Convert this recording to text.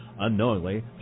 Unknowingly